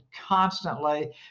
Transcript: constantly